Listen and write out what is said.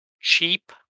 cheap